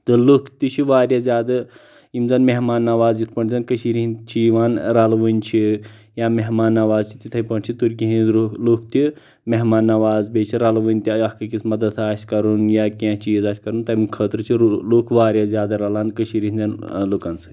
تہٕ لُکھ تہِ واریاہ زیادٕ یِم زَن مہمان نواز یِتھ پٲٹھۍ زَن کشیٖرِ ہنٛدۍ چھِ یِوان رلہٕ ؤنۍ چھ یا مہمان نواز چھ تِتھے پٲنٹھۍ چھ تُرکی ہنٛدۍ رُح لُکھ تہِ مہمان نواز بیٚیہِ چھ رلہٕ ؤنۍ تہِ اَکھ أکِس مدَد آسہِ کرُن یا کیٚنٛہہ چیٖز آسہِ کرُن تمہِ خٲطرٕ چھُ لُکھ واریاہ زیادٕ رلان کشیٖرِ ہنٛدٮ۪ن لُکَن سۭتۍ